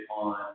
on